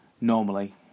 normally